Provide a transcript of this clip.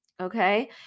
okay